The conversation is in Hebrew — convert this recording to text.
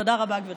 תודה רבה, גברתי.